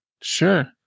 sure